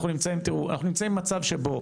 אנחנו נמצאים במצב שבו